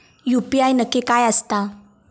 UPI नक्की काय आसता?